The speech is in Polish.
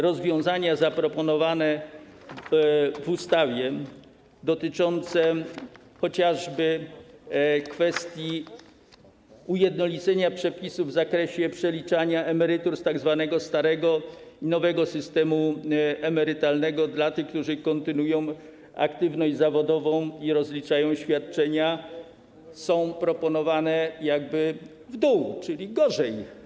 Rozwiązania zawarte w ustawie, dotyczące chociażby kwestii ujednolicenia przepisów w zakresie przeliczania emerytur z tzw. starego i nowego systemu emerytalnego dla tych, którzy kontynuują aktywność zawodową i rozliczają świadczenia, są też proponowane w dół, czyli będzie gorzej.